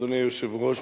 אדוני היושב-ראש,